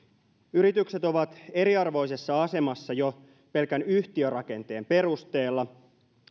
yritykset ovat eriarvoisessa asemassa jo pelkän yhtiörakenteen perusteella